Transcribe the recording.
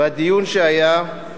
והדיון שהיה,